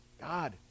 God